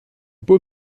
beau